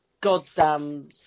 goddamn